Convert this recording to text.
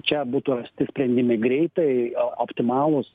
čia būtų rasti sprendimai greitai a optimalūs